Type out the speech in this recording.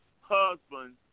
husband